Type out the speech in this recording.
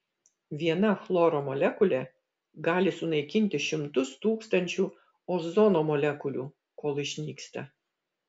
viena chloro molekulė gali sunaikinti šimtus tūkstančių ozono molekulių kol išnyksta